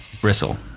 bristle